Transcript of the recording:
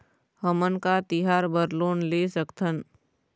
हमन का तिहार बर लोन ले सकथन?